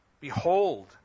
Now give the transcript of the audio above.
behold